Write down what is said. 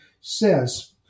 says